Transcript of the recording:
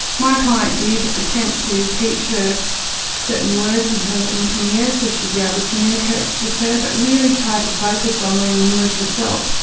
my client did attempt to teach her certain words in her, in khmer, so she would be able to communicate with her, but really tried to focus on learning english herself.